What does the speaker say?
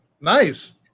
Nice